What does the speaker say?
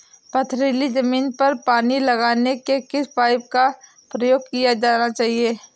पथरीली ज़मीन पर पानी लगाने के किस पाइप का प्रयोग किया जाना चाहिए?